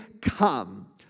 come